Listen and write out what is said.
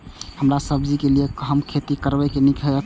हरा सब्जी के लेल कोना हम खेती करब जे नीक रहैत?